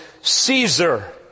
Caesar